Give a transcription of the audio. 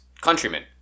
countrymen